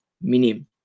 Minim